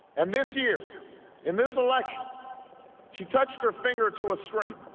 and this year in this election she touched her finger to a screen